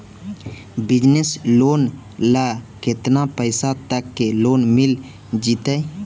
Business loan ल केतना पैसा तक के लोन मिल जितै?